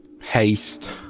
Haste